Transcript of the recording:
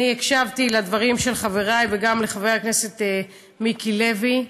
הקשבתי לדברים של חבריי וגם לחבר הכנסת מיק לוי.